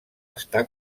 està